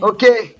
Okay